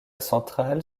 centrale